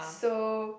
so